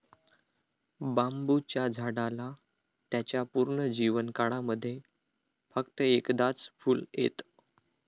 बांबुच्या झाडाला त्याच्या पूर्ण जीवन काळामध्ये फक्त एकदाच फुल येत